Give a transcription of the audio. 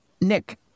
Nick